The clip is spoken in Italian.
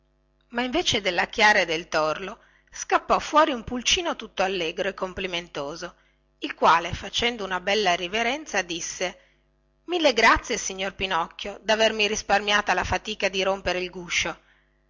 ma invece della chiara e del torlo scappò fuori un pulcino tutto allegro e complimentoso il quale facendo una bella riverenza disse mille grazie signor pinocchio davermi risparmiata la fatica di rompere il guscio